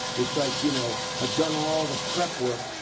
it's like, you know i've done all the prep work.